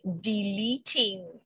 deleting